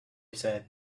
said